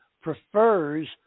prefers